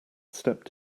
stepped